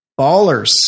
Ballers